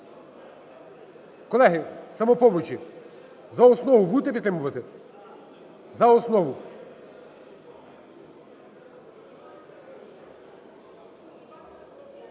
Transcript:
Колеги "Самопомочі", за основу будете підтримувати? За основу.